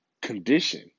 condition